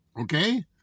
Okay